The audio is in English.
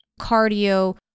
cardio